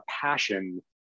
passion